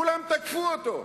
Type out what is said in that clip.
כולם תקפו אותו.